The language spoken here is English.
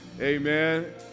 Amen